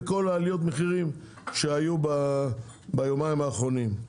כל עליות המחירים שהיו ביומיים האחרונים.